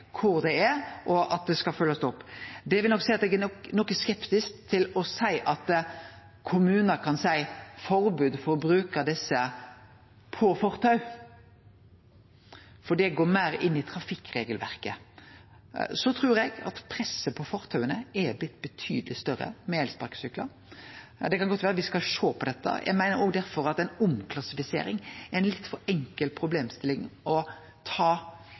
det er, og at det skal følgjast opp. Det vil nok seie at eg er noko skeptisk til å seie at kommunar kan ha eit forbod mot å bruke dei på fortau, for det går meir inn i trafikkregelverket. Så trur eg at presset på fortaua har blitt betydeleg større med elsparkesyklar. Det kan godt vere me skal sjå på dette, og eg meiner derfor at ei omklassifisering er ei litt for enkel problemstilling å ta